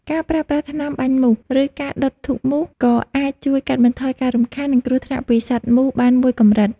ការប្រើប្រាស់ថ្នាំបាញ់មូស ឬការដុតធូបមូសក៏អាចជួយកាត់បន្ថយការរំខាន និងគ្រោះថ្នាក់ពីសត្វមូសបានមួយកម្រិត។